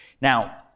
Now